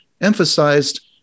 emphasized